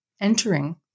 entering